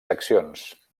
seccions